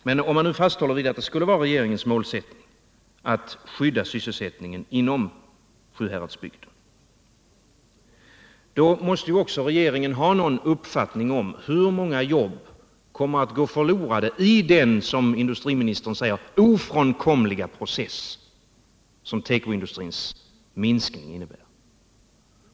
Men om man nu fasthåller vid att det skulle vara regeringens mål att skydda sysselsättningen inom Sjuhäradsbygden, måste regeringen ha någon uppfattning om hur många jobb som kommer att gå förlorade i den som industriministern säger ofrånkomliga process som tekoindustrins minskning innebär.